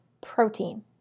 protein